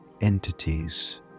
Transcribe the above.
entities